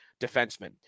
defenseman